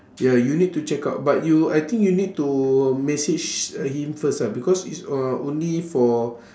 ya you need to check out but you I think you need to message him first ah because it's uh only for